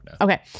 okay